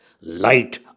light